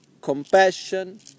compassion